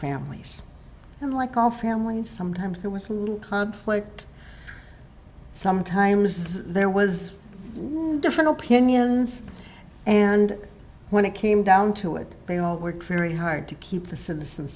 families and like all families sometimes there was conflict sometimes there was different opinions and when it came down to it they all worked very hard to keep the citizens